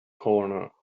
corner